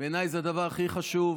בעיני זה הדבר הכי חשוב.